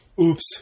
Oops